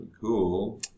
cool